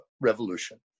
revolution